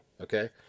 okay